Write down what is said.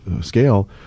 scale